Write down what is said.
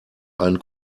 einen